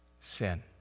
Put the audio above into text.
Sin